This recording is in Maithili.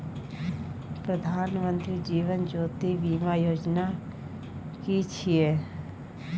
प्रधानमंत्री जीवन ज्योति बीमा योजना कि छिए?